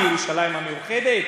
בירושלים המאוחדת